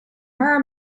mir